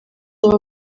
abo